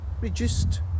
reduced